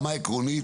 העקרונית,